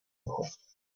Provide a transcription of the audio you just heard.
ojos